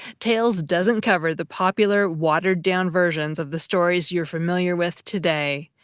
tales doesn't cover the popular, watered-down versions of the stories you're familiar with today.